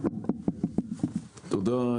תודה,